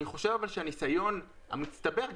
אבל הניסיון המצטבר,